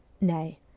Nay